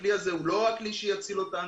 הכלי הזה הוא לא הכלי שיציל אותנו.